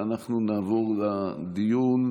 ואנחנו נעבור לדיון.